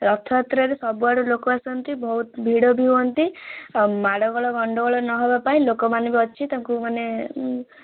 ରଥଯାତ୍ରାରେ ସବୁଆଡ଼ୁ ଲୋକ ଆସନ୍ତି ବହୁତ ଭିଡ଼ ବି ହୁଅନ୍ତି ଆ ମାଡ଼ଗୋଳ ଗଣ୍ଡଗୋଳ ନହେବା ପାଇଁ ଲୋକମାନେ ବି ଅଛି ତାଙ୍କୁ ମାନେ